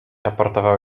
aportował